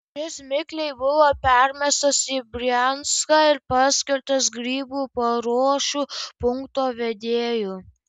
šis mikliai buvo permestas į brianską ir paskirtas grybų paruošų punkto vedėju